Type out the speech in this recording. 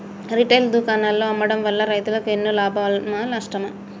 Retail దుకాణాల్లో అమ్మడం వల్ల రైతులకు ఎన్నో లాభమా నష్టమా?